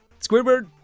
Squidward